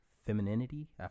Femininity